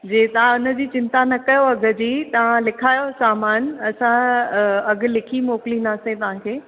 जी तव्हां इनजी चिंता न कयो अघ जी तव्हां लिखायो सामान असां अघु लिखी मोकिलीदासीं तव्हांखे